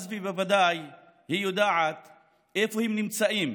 אז בוודאי היא יודעת איפה הם נמצאים,